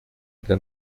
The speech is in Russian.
для